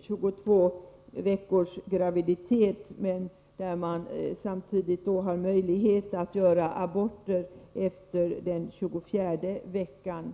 22 veckors graviditet — samtidigt som man har möjlighet att göra abort efter den 24:e veckan.